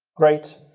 right.